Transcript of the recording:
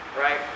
Right